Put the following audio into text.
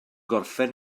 gorffen